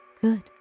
Good